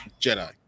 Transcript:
Jedi